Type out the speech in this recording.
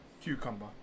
cucumber